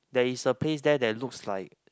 there is a place there that looks like